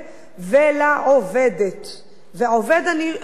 ולעובדת, לעובד, אני חושבת שזה זכר,